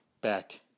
back